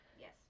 Yes